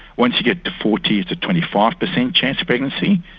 once you get to forty it's a twenty five percent chance of pregnancy.